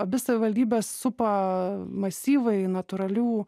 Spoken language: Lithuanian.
abi savivaldybes supa masyvai natūralių